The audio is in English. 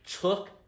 took